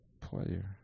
player